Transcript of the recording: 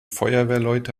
feuerwehrleute